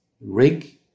rig